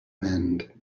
mend